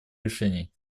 решений